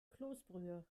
kloßbrühe